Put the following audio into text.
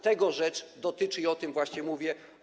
Tego rzecz dotyczy i o tym właśnie mówię.